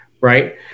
right